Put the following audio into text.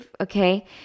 okay